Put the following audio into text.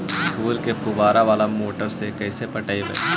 फूल के फुवारा बाला मोटर से कैसे पटइबै?